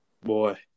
Boy